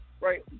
right